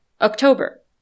October